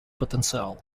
потенциал